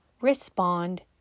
respond